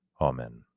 Amen